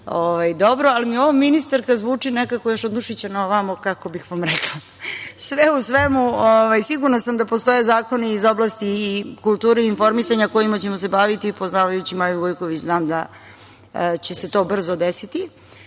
dobro, ali mi ovo „ministarka“ zvuči nekako još od Nušića na ovamo, kako bih vam rekla…Sve u svemu, sigurna sam da postoje zakoni iz oblasti kulture i informisanja kojima ćemo se baviti. Poznavajući Maju Gojković, znam da će se to brzo desiti.